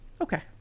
Okay